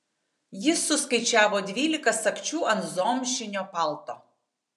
jis suskaičiavo dvylika sagčių ant zomšinio palto